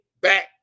back